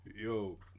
Yo